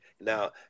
Now